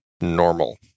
Normal